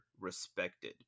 respected